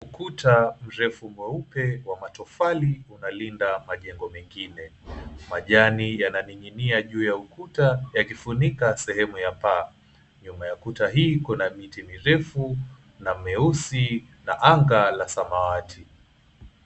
Ukuta mrefu mweupe wa matofali unalinda majengo mengine. Majani yananing'inia juu ya ukuta yakifunika sehemu ya paa. Nyuma ya kuta hii kuna miti mirefu na meusi na anga la samawati.